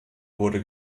wurde